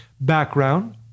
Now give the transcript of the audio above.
background